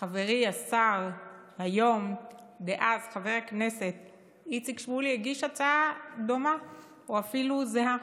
הגיש חברי השר היום ואז חבר הכנסת איציק שמולי הצעה דומה או אפילו זהה.